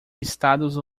estados